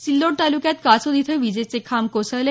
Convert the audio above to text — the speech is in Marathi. सिल्लोड तालुक्यात कासोद इथं विजेचे खांब कोसळले